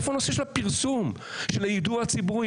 איפה הנושא של הפרסום, של היידוע הציבורי?